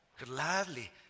gladly